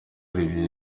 olivier